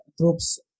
troops